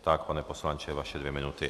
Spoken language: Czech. Tak, pane poslanče, vaše dvě minuty.